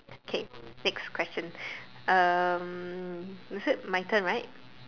okay next question um is it my turn right